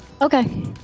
Okay